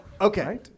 Okay